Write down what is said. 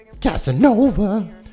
Casanova